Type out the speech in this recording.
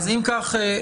אם כך,